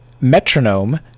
metronome